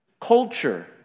culture